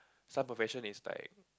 some profession is like